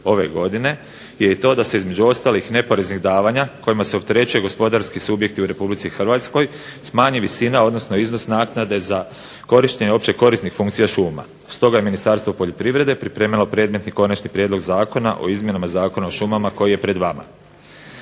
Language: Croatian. ove godine je i to da se između ostalih neporeznih davanja kojima se opterećuju gospodarski subjekti u Republici Hrvatskoj smanji visina odnosno iznos naknade za korištenje općekorisnih funkcija šuma. Stoga je Ministarstvo poljoprivrede pripremilo predmetni Konačni prijedlog zakona o izmjenama Zakona o šumama koji je pred vama.